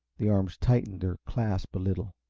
the arms tightened their clasp a little.